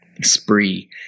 spree